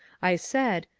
i said,